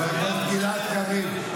אתם הפקרתם אותם, חבר הכנסת גלעד קריב.